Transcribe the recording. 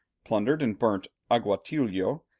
plundered and burnt aguatulio,